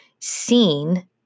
seen